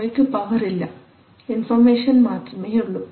അവയ്ക്കു പവർ ഇല്ല ഇൻഫോർമേഷൻ മാത്രമേയുള്ളൂ